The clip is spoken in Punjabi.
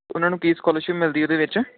ਉਹਨਾਂ ਨੂੰ ਕੀ ਸਕੋਲਰਸ਼ਿਪ ਮਿਲਦੀ ਉਹਦੇ ਵਿੱਚ